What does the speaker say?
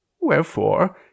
Wherefore